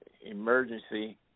emergency